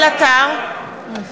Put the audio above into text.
בעד